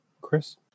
Chris